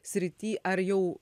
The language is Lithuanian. srity ar jau